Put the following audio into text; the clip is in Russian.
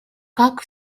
как